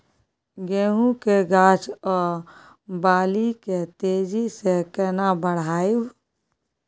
गेहूं के गाछ ओ बाली के तेजी से केना बढ़ाइब?